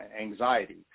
anxiety